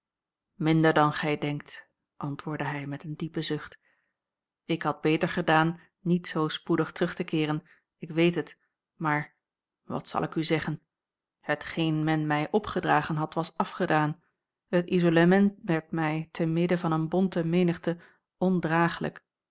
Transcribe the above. minder dan gij denkt antwoordde hij met een diepen zucht ik had beter gedaan niet zoo spoedig terug te keeren ik weet het maar wat zal ik u zeggen hetgeen men mij opgedragen had was afgedaan het isolement werd mij te midden van eene bonte menigte ondraaglijk